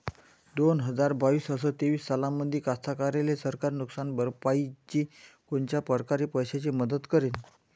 दोन हजार बावीस अस तेवीस सालामंदी कास्तकाराइले सरकार नुकसान भरपाईची कोनच्या परकारे पैशाची मदत करेन?